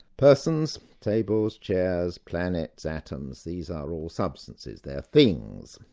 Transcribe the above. persons, tables, chairs, planets, atoms these are all substances, they're things.